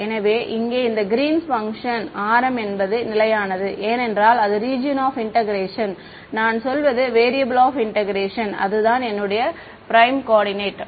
எனவே இங்கே இந்த Green's function Greens function r mஎன்பது நிலையானது ஏனென்றால் அது ரீஜியன் ஆப் இன்டெக்ரேஷன் நான் சொல்வது வேறியபல் ஆப் இன்டெக்ரேஷன் அது தான் என்னுடைய ப்ரைம் கோஆர்டினேட்